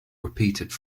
repeated